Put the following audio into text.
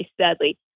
sadly